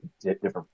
different